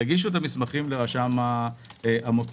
תגישו את המסמכים לרשם העמותות,